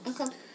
Okay